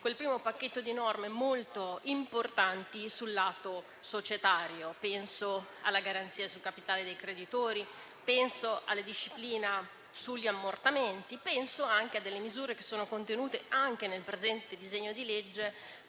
quel primo pacchetto di norme, molto importanti, sul lato societario. Penso alla garanzia sul capitale dei creditori, alla disciplina sugli ammortamenti e a misure contenute anche nel presente disegno di legge